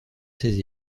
ses